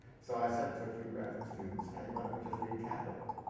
so i said to a few graduate students hey why don't we just read capital?